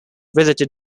visited